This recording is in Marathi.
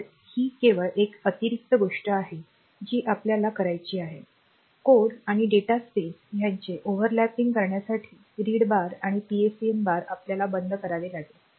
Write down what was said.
तर ही केवळ एक अतिरिक्त गोष्ट आहे जी आपल्याला करायची आहे कोड आणि डेटा स्पेस यांचे ओवरलैपिंगकरण्यासाठी रीड बार आणि PSEN बार आपल्याला बंद करावे लागेल